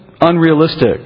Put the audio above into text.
unrealistic